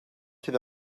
sydd